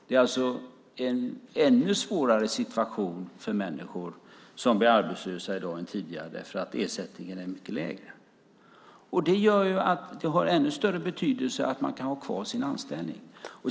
Det är alltså en ännu svårare situation för människor som blir arbetslösa i dag än tidigare därför att ersättningen blir mycket lägre. Det gör att det har ännu större betydelse att man kan ha kvar sin anställning.